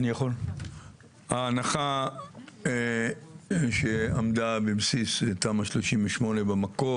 ההנחה שעמדה בבסיס תמ"א 38 במקור,